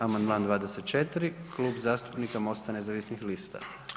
Amandman 24, Klub zastupnika Mosta nezavisnih lista.